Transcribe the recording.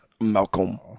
Malcolm